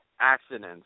Accidents